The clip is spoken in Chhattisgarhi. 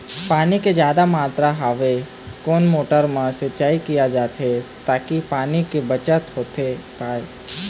पानी के जादा मात्रा हवे कोन मोटर मा सिचाई किया जाथे ताकि पानी के बचत होथे पाए?